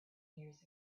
years